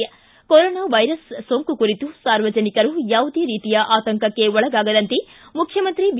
ು corona virus ಸೋಂಕು ಕುರಿತು ಸಾರ್ವಜನಿಕರು ಯಾವುದೇ ರೀತಿಯ ಆತಂಕಕ್ಕೆ ಒಳಗಾಗದಂತೆ ಮುಖ್ಯಮಂತ್ರಿ ಬಿ